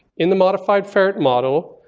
in the modified ferret model,